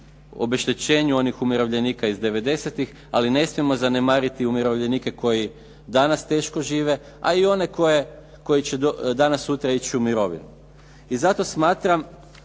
obeštećenju onih umirovljenika iz '90.-tih, ali ne smijemo zanemariti umirovljenike koji danas teško žive, a i one koji će danas sutra ići u mirovinu. I zato smatram